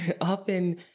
often